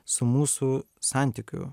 su mūsų santykiu